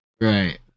Right